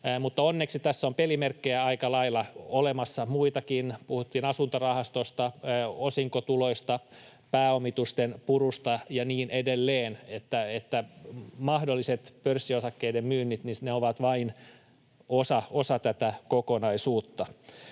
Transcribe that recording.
Mutta onneksi tässä on muitakin pelimerkkejä aika lailla olemassa — puhuttiin asuntorahastosta, osinkotuloista, pääomitusten purusta ja niin edelleen — niin että mahdolliset pörssiosakkeiden myynnit ovat vain osa tätä kokonaisuutta.